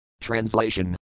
Translation